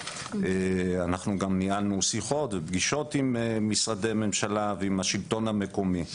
אנחנו גם ניהלנו שיחות ופגישות עם משרדי ממשלה ועם השלטון המקומי.